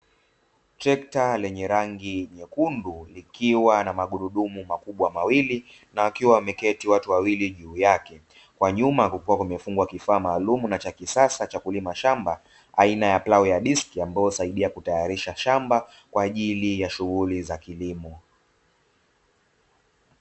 Trekta lenye rangi nyekundu, likiwa na magurudumu makubwa mawili na wakiwa wameketi watu wawili juu yake. Kwa nyuma kukiwa kumefungwa kifaa maalumu na cha kisaaa cha kulima shamba, aina ya plau ya diski ambayo husaidia kutayarisha shamba, kwa ajili ya shughuli za kisasa za kilimo.